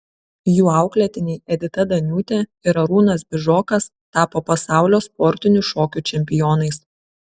jų auklėtiniai edita daniūtė ir arūnas bižokas tapo pasaulio sportinių šokių čempionais